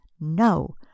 no